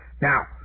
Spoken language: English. Now